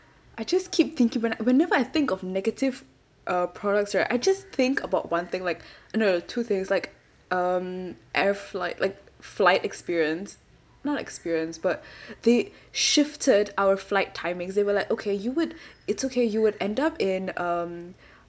I just keep thinking when whenever I think of negative uh products right I just think about one thing like no no two things like um air flight like flight experience not experience but they shifted our flight timings they were like okay you would it's okay you would end up in um